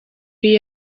iyi